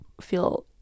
feel